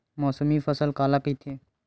मौसमी फसल काला कइथे?